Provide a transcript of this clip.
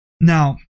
Now